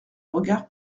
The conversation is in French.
regard